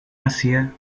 asia